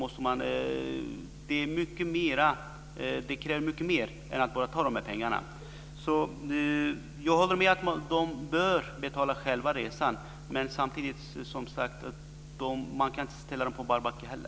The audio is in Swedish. Det krävs mycket mer än att man bara tar de här pengarna. Jag håller med om att de bör betala resan själva, men man kan inte ställa dem på bar backe.